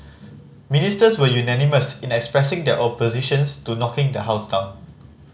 ministers were unanimous in expressing their opposition to knocking the house down